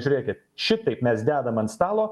žiūrėkit šitaip mes dedam ant stalo